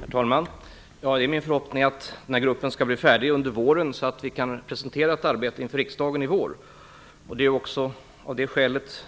Herr talman! Det är min förhoppning att gruppen skall bli färdig med sitt arbete under våren så att vi kan presentera det inför riksdagen i år. Det är också av det skälet